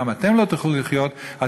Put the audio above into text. גם אתם לא תוכלו לחיות כאן,